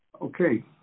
Okay